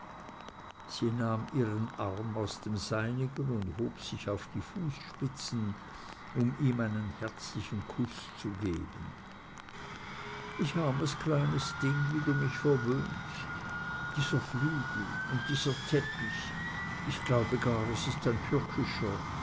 sie nahm ihren arm aus dem seinigen und hob sich auf die fußspitzen um ihm einen herzlichen kuß zu geben ich armes kleines ding wie du mich verwöhnst dieser flügel und dieser teppich ich glaube gar es ist ein